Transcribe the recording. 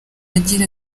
agira